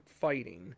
fighting